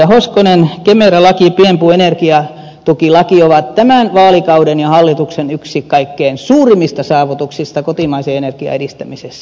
kemera laki pienpuun energiatukilaki ovat tämän vaalikauden ja hallituksen yksi kaikkein suurimmista saavutuksista kotimaisen energian edistämisessä